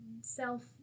self